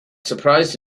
surprised